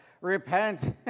Repent